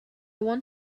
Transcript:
want